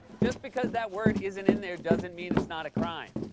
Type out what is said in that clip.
just because that word isn't in there, doesn't mean it's not a crime.